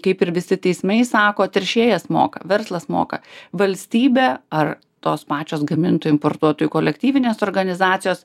kaip ir visi teismai sako teršėjas moka verslas moka valstybė ar tos pačios gamintojų importuotojų kolektyvinės organizacijos